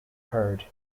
heard